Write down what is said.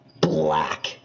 black